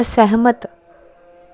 ਅਸਹਿਮਤ